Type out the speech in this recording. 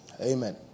Amen